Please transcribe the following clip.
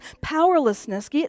powerlessness